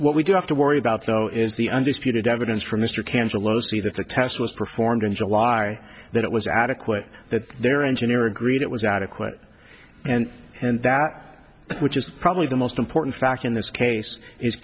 what we do have to worry about though is the undisputed evidence for mr cantor alosi that the test was performed in july that it was adequate that there engineer agreed it was adequate and and that which is probably the most important fact in this case is